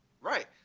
Right